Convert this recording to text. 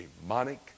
demonic